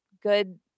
good